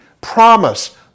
promise